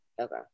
Okay